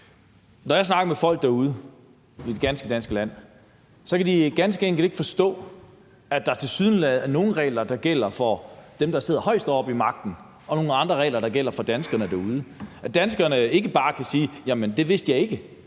Når jeg snakker med folk derude i det ganske danske land, kan de ganske enkelt ikke forstå, at der tilsyneladende er nogle regler, der gælder for dem, der sidder højest oppe ved magten, og nogle andre regler, der gælder for danskerne derude; at danskerne ikke bare kan sige, at de ikke